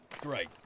Great